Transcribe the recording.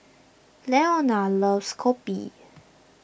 Leona loves Kopi